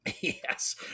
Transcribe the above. Yes